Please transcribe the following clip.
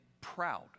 proud